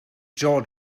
jaw